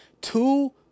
two